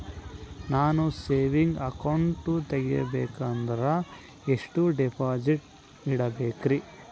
ನಾನು saving account ತೆಗಿಬೇಕಂದರ ಎಷ್ಟು ಡಿಪಾಸಿಟ್ ಇಡಬೇಕ್ರಿ?